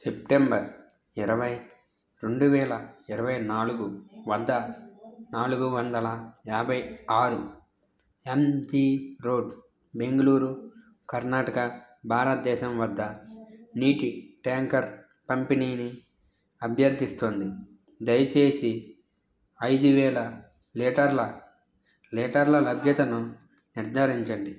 September ఇరవై రెండు వేల ఇరవై నాలుగు వద్ద నాలుగు వందల యాభై ఆరు ఎంజీ రోడ్ బెంగుళూరు కర్ణాటక భారతదేశం వద్ద నీటి ట్యాంకర్ పంపిణీని అభ్యర్థిస్తుంది దయచేసి ఐదు వేల లీటర్ల లీటర్ల లభ్యతను నిర్ధారించండి